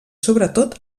sobretot